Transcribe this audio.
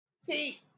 See